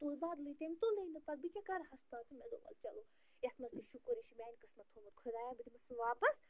تُل بدلٕے تٔمۍ تُلٕے نہٕ پتہٕ بہٕ کیٛاہ کَرہس پتہٕ مےٚ دوٚپ وَلہٕ چَلو یَتھ منٛز تہِ شُکُر یہِ چھِ میٛانہِ قٕسمت تھومُت خۄداین بہٕ دِمس نہٕ واپس